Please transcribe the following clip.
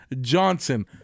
johnson